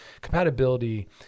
Compatibility